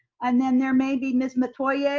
and then there may be miss metoyer,